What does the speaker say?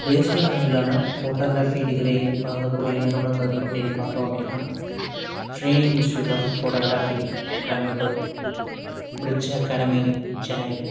தேசிய அளவிலான photography degree வழங்கக்கூடிய நிறுவனங்கள் அப்படின்னு பார்த்தோம் அப்படின்னா Srini institute of photography Coimbatore bridge academy Chennai